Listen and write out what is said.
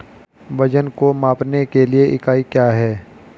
वजन को मापने के लिए इकाई क्या है?